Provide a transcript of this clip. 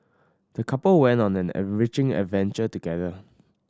the couple went on an enriching adventure together